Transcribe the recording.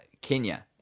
Kenya